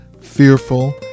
fearful